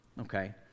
okay